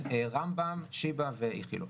רמב"ם, שיבא ואיכילוב.